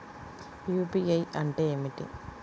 UPI అంటే ఏమిటీ?